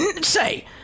say